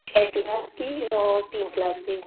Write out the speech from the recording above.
छः क्लास की और तीन क्लास की